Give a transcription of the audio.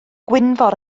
gwynfor